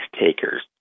takers